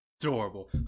Adorable